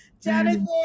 Jonathan